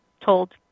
told